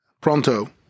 pronto